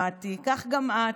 מטי: כך גם את,